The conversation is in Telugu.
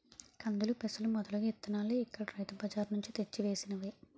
కందులు, పెసలు మొదలగు ఇత్తనాలు ఇక్కడ రైతు బజార్ నుంచి తెచ్చి వేసినవే